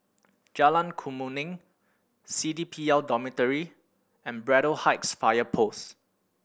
Jalan Kemuning C D P L Dormitory and Braddell Heights Fire Post